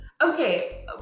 Okay